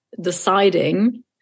deciding